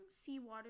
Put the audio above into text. seawater